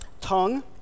tongue